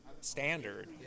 standard